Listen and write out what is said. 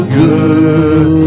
good